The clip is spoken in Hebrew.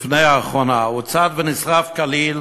שלפני האחרונה הוצת ונשרף כליל